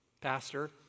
Pastor